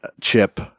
chip